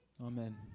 Amen